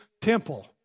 temple